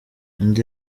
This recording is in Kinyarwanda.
undi